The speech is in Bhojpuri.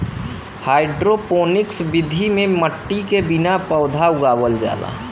हाइड्रोपोनिक्स विधि में मट्टी के बिना पौधा उगावल जाला